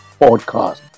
podcast